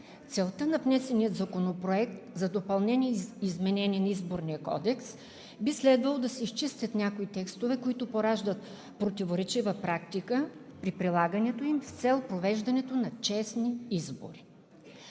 във внесения Законопроект за изменение и допълнение на Изборния кодекс би следвало да се изчистят някои текстове, които пораждат противоречива практика при прилагането им с цел провеждането на честни избори.